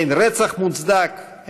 אין רצח מוצדק,